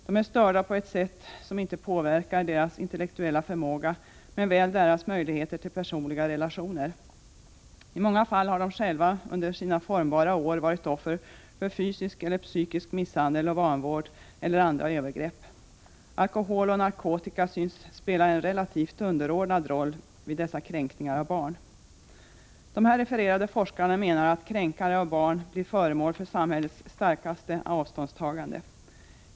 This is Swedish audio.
De är störda på ett sätt som inte påverkar deras intellektuella förmåga, men väl deras möjligheter till personliga relationer. I många fall har de själva under sina formbara år varit offer för fysisk eller psykisk misshandel och vanvård eller andra övergrepp. Alkohol och narkotika synes spela en relativt underordnad roll vid dessa kränkningar av barn.” De här refererade forskarna menar att kränkare av barn blir föremål för samhällets starkaste avståndstagande.